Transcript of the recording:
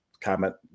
comment